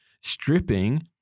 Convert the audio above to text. stripping